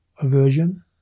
aversion